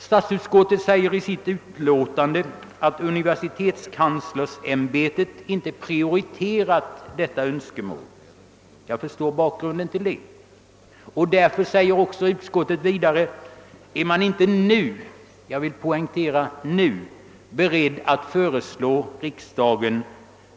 Statsutskottet säger i utlåtandet att universitetskanslersämbetet inte prioriterat detta önskemål, och jag förstår bakgrunden härtill. Därför skriver också utskottet att det inte nu — jag vill poängtera >nu» — är berett att föreslå riksdagen att